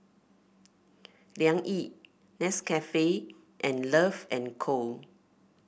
Liang Yi Nescafe and Love and Co